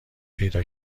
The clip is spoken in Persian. پیدا